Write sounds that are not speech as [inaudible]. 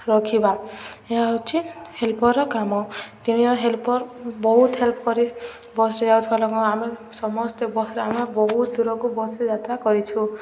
ରଖିବା ଏହା ହେଉଛି ହେଲ୍ପରର କାମ [unintelligible] ହେଲ୍ପର ବହୁତ ହେଲ୍ପ କରି ବସରେ ଯାଉଥିବା ଲୋକ ଆମେ ସମସ୍ତେ ବସ୍ରେ ଆମେ ବହୁତ ଦୂରକୁ ବସ୍ରେ ଯାତ୍ରା କରିଛୁ